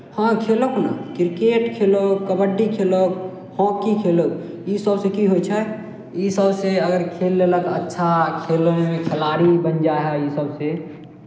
हँ खेलौक ने क्रिकेट खेलौक कबड्डी खेलौक हॉकी खेलौक इसभसँ की होइ छै इसभसँ अगर खेल लेलक अच्छा खेलमे खिलाड़ी बनि जाइ हइ इसभसँ